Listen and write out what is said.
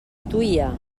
tuia